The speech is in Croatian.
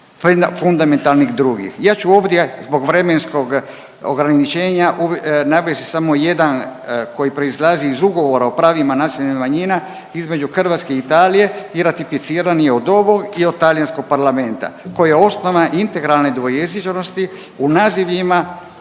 Ja ću ovdje zbog vremenskog ograničenja navesti samo jedan koji proizlazi iz Ugovora o pravima nacionalnih manjina između Hrvatske i Italije i ratificiran je od ovog i od talijanskog parlamenta, koji je osnova integralne dvojezičnosti u nazivljima